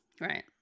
Right